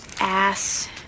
ass